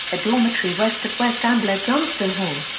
a dormitory west of west ambler johnston hall.